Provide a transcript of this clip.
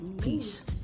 Peace